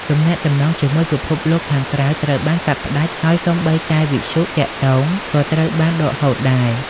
ទំនាក់ទំនងជាមួយពិភពលោកខាងក្រៅត្រូវបានកាត់ផ្ដាច់ ហើយសូម្បីតែវិទ្យុទាក់ទងក៏ត្រូវបានដកហូតដែរ។